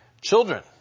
Children